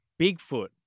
Bigfoot